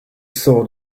saw